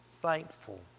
thankful